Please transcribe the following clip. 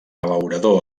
abeurador